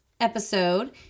episode